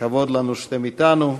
כבוד לנו שאתם אתנו,